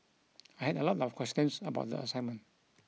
I had a lot of questions about the assignment